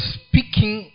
speaking